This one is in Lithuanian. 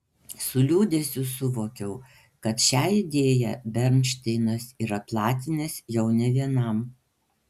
su liūdesiu suvokiau kad šią idėją bernšteinas yra platinęs jau ne vienam